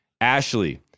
Ashley